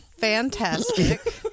fantastic